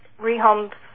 rehomed